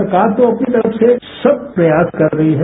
सरकार तो अपनी तरफ से सब प्रयास कर रही है